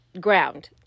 ground